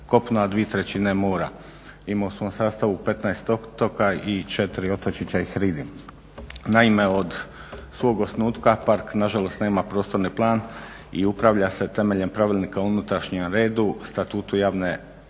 kopno, a dvije trećine mora. Ima u svom sastavu 15 otoka i 4 otočića i hridi. Naime od svog osnutka park nažalost nema prostorni plan i upravlja se temeljem Pravilnika o unutrašnjem redu, Statutu javne